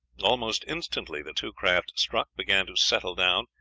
almost instantly the two craft struck began to settle down,